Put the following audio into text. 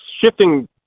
shifting